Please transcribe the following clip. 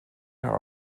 are